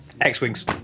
X-Wings